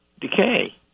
decay